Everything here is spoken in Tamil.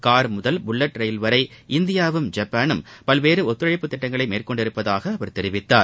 கார் முதல் புல்வட் ரயில் வரை இந்தியாவும் ஜப்பானும் பல்வேறு ஒத்துழைப்புத் திட்டங்களை மேற்கொண்டுள்ளதாக அவர் தெரிவித்தார்